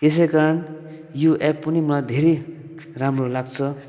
यसै कारण यो एप पनि मलाई धेरै राम्रो लाग्छ